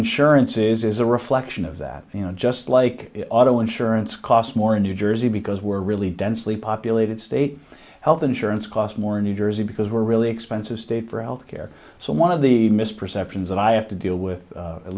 insurance is is a reflection of that you know just like auto insurance cost more in new jersey because we're really densely populated state health insurance cost more in new jersey because we're really expensive state for health care so one of the misperceptions that i have to deal with